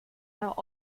nach